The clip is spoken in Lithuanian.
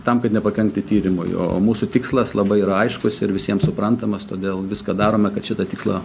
tam kad nepakenkti tyrimui o mūsų tikslas labai yra aiškus ir visiems suprantamas todėl viską darome kad šitą tikslą